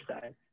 side